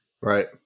Right